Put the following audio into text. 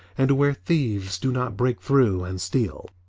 and where thieves do not break through and steal.